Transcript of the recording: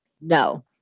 No